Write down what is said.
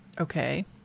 okay